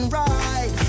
right